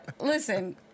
listen